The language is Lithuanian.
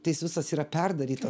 tai jis visas yra perdarytas